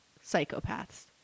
psychopaths